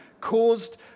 caused